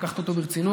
לקחת אותו ברצינות,